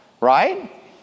Right